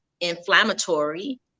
inflammatory